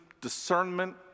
discernment